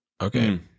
Okay